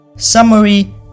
Summary